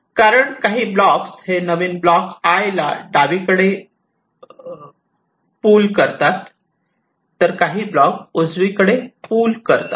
कारण काही ब्लॉक हे नवीन ब्लॉक 'I' ला डावीकडे पूल करतात तर काही ब्लॉक उजवीकडे पूल करतात